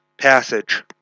passage